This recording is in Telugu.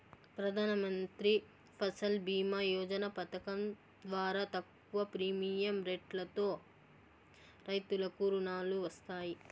ప్రధానమంత్రి ఫసల్ భీమ యోజన పథకం ద్వారా తక్కువ ప్రీమియం రెట్లతో రైతులకు రుణాలు వస్తాయి